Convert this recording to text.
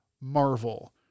Marvel